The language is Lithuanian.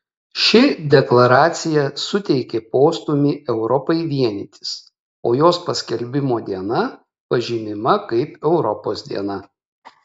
ši deklaracija suteikė postūmį europai vienytis o jos paskelbimo diena pažymima kaip europos diena